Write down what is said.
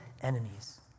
enemies